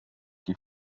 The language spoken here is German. die